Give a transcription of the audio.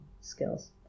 skills